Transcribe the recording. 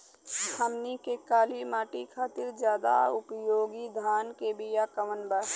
हमनी के काली माटी खातिर ज्यादा उपयोगी धान के बिया कवन बा?